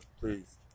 please